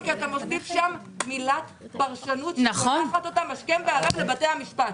כי אתה מוסיף שם מילת פרשנות ששולחת אותם השכם והערב לבתי המשפט.